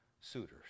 suitors